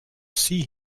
see